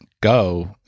go